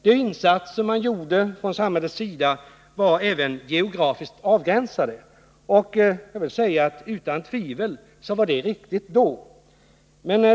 De insatser man gjorde från samhällets sida var även geografiskt avgränsade, och jag vill säga att det utan tvivel var riktigt då.